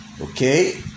okay